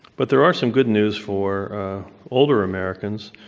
but there are some good news for older americans.